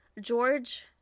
george